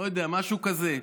לא יודע, משהו כזה.